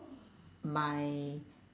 my